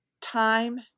time